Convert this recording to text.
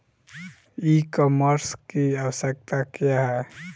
ई कॉमर्स की आवशयक्ता क्या है?